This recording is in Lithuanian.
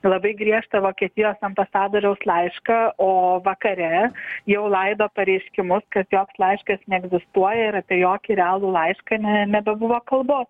labai griežtą vokietijos ambasadoriaus laišką o vakare jau laido pareiškimus kad joks laiškas neegzistuoja ir apie jokį realų laišką ne nebebuvo kalbos